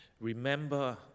remember